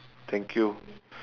thank you